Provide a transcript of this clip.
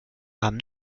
haben